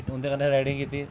उं'दे कन्नै राइडिंग कीती